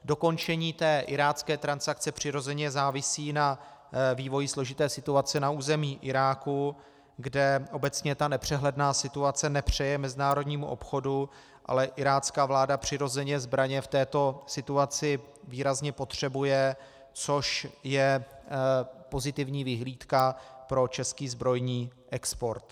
Dokončení irácké transakce přirozeně závisí na vývoji složité situace na území Iráku, kde obecně nepřehledná situace nepřeje mezinárodnímu obchodu, ale irácká vláda přirozeně zbraně v této situaci výrazně potřebuje, což je pozitivní vyhlídka pro český zbrojní export.